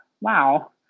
wow